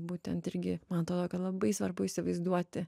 būtent irgi man atodo kad labai svarbu įsivaizduoti